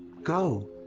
go,